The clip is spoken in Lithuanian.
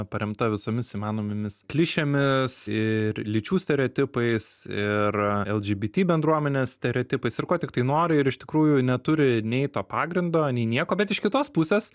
paremta visomis įmanomomis klišėmis ir lyčių stereotipais ir lgbt bendruomenės stereotipais ir ko tiktai nori ir iš tikrųjų neturi nei to pagrindo nei nieko bet iš kitos pusės